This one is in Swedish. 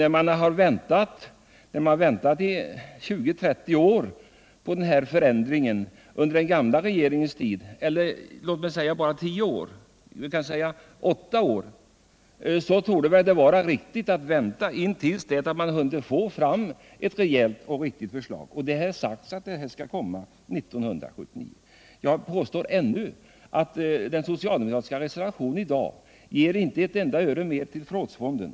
När vi har väntat i 20-30 år på den här förändringen under socialdemokraternas regeringstid — eller låt mig säga bara tio år — så torde det vara riktigt att vänta intill dess att man hunnit få fram ett rejält förslag. Det har ju sagts att ett sådant skall komma under 1979. Jag påstår fortfarande att den socialdemokratiska reservationen 4 inte ger ett enda öre mer till förrådsfonden.